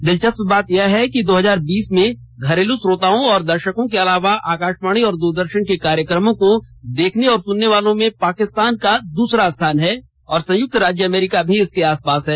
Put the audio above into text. दिलचस्प बात यह है कि दो हजार बीस में घरेलू श्रोताओं और दर्शकों के अलावा आकाशवाणी और दूरदर्शन के कार्यक्रमों को देखने और सुनने वालों में पाकिस्तान का दूसरा स्थान है और संयुक्त राज्य अमरीका भी इसके आसपास हैं